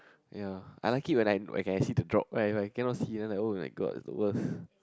ya I like it when I when can see the drop when I cannot see then like [oh]-my-god it's the worst